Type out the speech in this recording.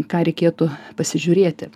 ką reikėtų pasižiūrėti